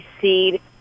seed